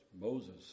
Moses